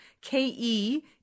K-E